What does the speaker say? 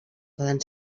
poden